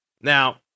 Now